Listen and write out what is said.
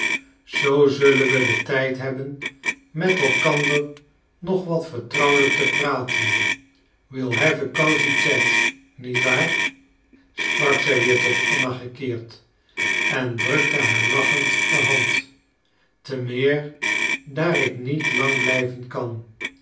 zoo zullen we den tijd hebben met elkander nog wat vertrouwelijk te praten we'll have a cosy chat niet waar sprak zij weer tot anna gekeerd en drukte haar lachend de hand te meer daar ik niet lang blijven kan